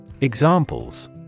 Examples